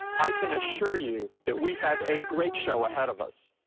i can assure you that we have a great show ahead of us.